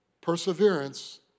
perseverance